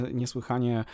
niesłychanie